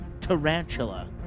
tarantula